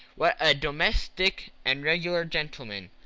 what a domestic and regular gentleman!